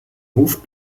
hof